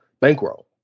bankroll